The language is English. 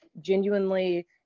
Genuinely